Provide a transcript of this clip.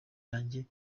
yanjye